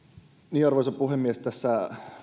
arvoisa puhemies tässä